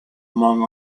among